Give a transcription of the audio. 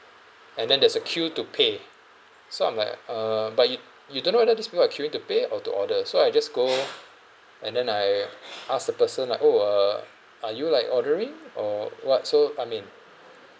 and then there's a queue to pay so I'm like uh but you you don't know whether these people are queuing to pay or to order so I just go and then I ask the person like oh uh are you like ordering or what so I mean